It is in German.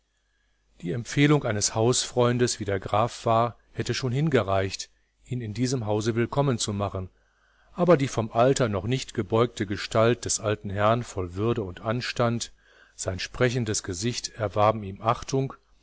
die empfehlung eines hausfreundes wie der graf war hätte schon hingereicht ihn in diesem hause willkommen zu machen aber die vom alter noch nicht gebeugte gestalt des alten herrn voll würde und anstand sein sprechendes gesicht erwarben ihm achtung